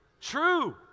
True